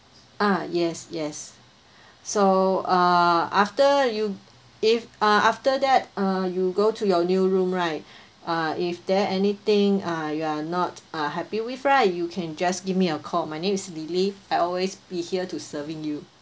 ah yes yes so uh after you if uh after that uh you go to your new room right uh if there anything ah you are not uh happy with right you can just give me a call my name is lily I always be here to serving you